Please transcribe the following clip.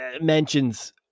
mentions